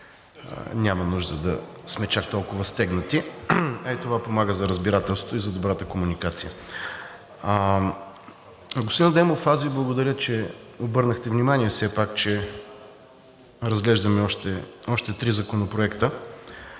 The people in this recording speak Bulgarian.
няма нужда да сме чак толкова стегнати, а и това помага за разбирателството и за добрата комуникация. Господин Адемов, аз Ви благодаря, че обърнахте внимание, че все пак разглеждаме още три законопроекта